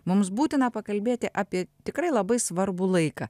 mums būtina pakalbėti apie tikrai labai svarbų laiką